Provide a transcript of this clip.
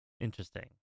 Interesting